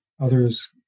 others